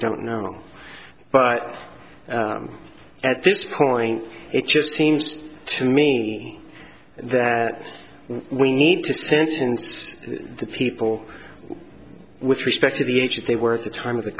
don't know but at this point it just seems to me that we need to sense in the people with respect to the age that they were at the time of the